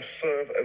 serve